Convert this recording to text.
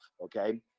okay